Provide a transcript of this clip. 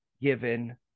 given